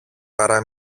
παρά